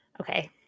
Okay